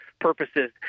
purposes